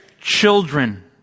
children